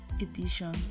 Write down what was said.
edition